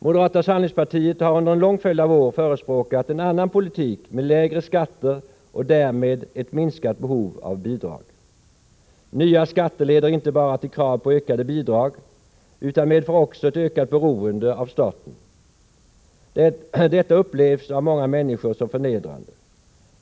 Moderata samlingspartiet har under en lång följd av år förespråkat en annan politik med lägre skatter och därmed ett minskat behov av bidrag. Nya skatter leder inte bara till krav på ökade bidrag utan medför också ett ökat beroende av staten. Detta upplevs av många människor som förnedrande.